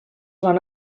van